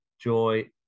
joy